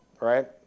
right